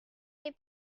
les